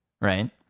right